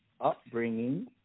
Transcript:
upbringing